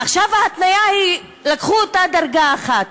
עכשיו ההתניה היא, לקחו אותה דרגה אחת: